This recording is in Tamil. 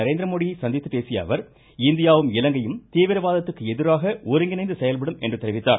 நரேந்திரமோடியை சந்தித்துப் பேசியஅவர் இந்தியாவும் இலங்கையும் தீவிரவாதத்திற்கு எதிராக ஒருங்கிணைந்து செயல்படும் என்று தெரிவித்தார்